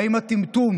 האם הטמטום